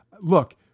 Look